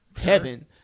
heaven